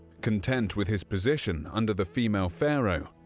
content with his position under the female pharaoh,